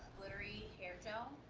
glittery hair gel.